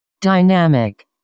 Dynamic